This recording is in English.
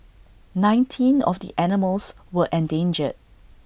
nineteen of the animals were endangered